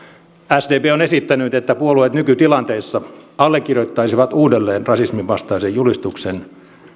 sdp on esittänyt että puolueet nykytilanteessa allekirjoittaisivat uudelleen rasisminvastaisen julistuksen